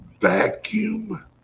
vacuum